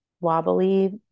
wobbly